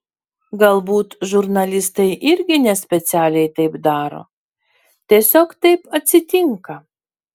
galbūt žurnalistai irgi nespecialiai taip daro tiesiog taip atsitinka